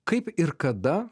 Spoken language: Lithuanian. kaip ir kada